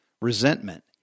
resentment